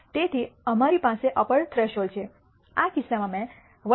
તેથી અમારી પાસે અપર થ્રેશોલ્ડ છે આ કિસ્સામાં મેં 1